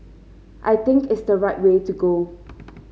I think it's the right way to go